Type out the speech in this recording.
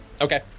Okay